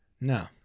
No